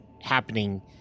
happening